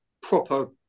proper